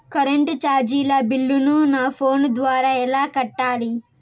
Current చార్జీల బిల్లును, నా ఫోను ద్వారా ఎలా కట్టాలి?